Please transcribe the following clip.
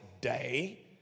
day